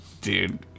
Dude